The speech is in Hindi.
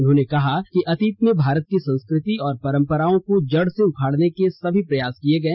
उन्होंने कहा कि अतीत में भारत की संस्कृति और परम्पराओं को जड से उखाडने के सभी प्रयास किये गये